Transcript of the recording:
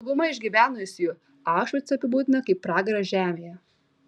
dauguma išgyvenusiųjų aušvicą apibūdiną kaip pragarą žemėje